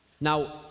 Now